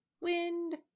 Wind